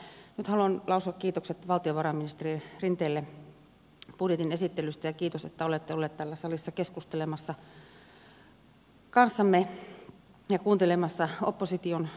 mutta nyt haluan lausua kiitokset valtiovarainministeri rinteelle budjetin esittelystä ja kiitos että olette ollut täällä salissa keskustelemassa kanssamme ja kuuntelemassa opposition vaihtoehtoja